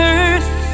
earth